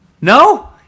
No